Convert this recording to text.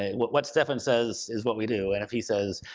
ah what what stefan says is what we do. and if he says,